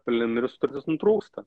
preliminari sutartis nutrūksta